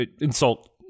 insult